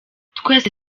twese